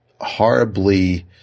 horribly